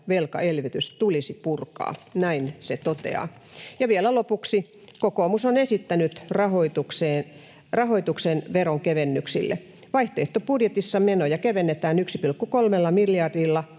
velkaelvytys tulisi purkaa, näin se toteaa. Ja vielä lopuksi: Kokoomus on esittänyt rahoituksen veronkevennyksille. Vaihtoehtobudjetissa menoja kevennetään 1,3 miljardilla,